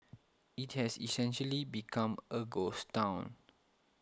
it has essentially become a ghost town